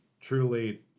truly